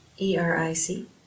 E-R-I-C